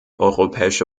europäische